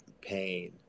pain